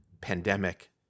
pandemic